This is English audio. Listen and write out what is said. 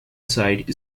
side